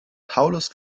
paulus